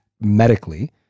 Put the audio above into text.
medically